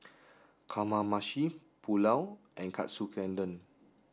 Kamameshi Pulao and Katsu Tendon